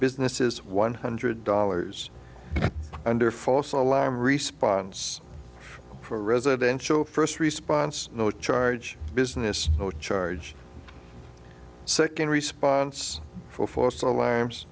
businesses one hundred dollars under false alarm response for residential first response no charge business oh charge second response full force alarms